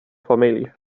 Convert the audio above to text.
familj